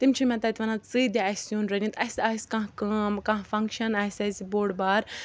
تِم چھِ مےٚ تَتہِ وَنان ژٕیہِ دِ اَسہِ سیُن رٔنِتھ اَسہِ آسہِ کانٛہہ کٲم کانٛہہ فنٛگشَن آسہِ اَسہِ بوٚڑ بار